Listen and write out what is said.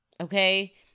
okay